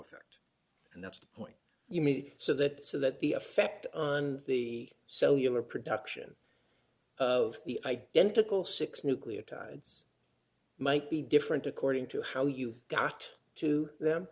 effect and that's the point you made so that so that the effect on the cellular production of the identical six nucleotides might be different according to how you got to them